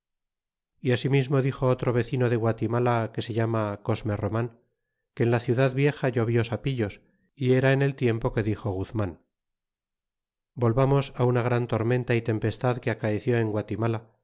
y asimismo dixo otro vecino de guatimala que se llama cosme roman que en la ciudad vieja llovió sapillos y era en el tiempo quedixo guz roan volvamos á una gran tormenta y tempestad que acaeció en guatimala